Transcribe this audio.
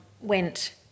went